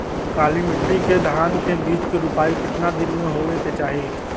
काली मिट्टी के धान के बिज के रूपाई कितना दिन मे होवे के चाही?